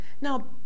Now